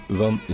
van